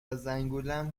زنگولم